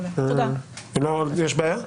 יש בעיה?